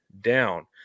down